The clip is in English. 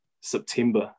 September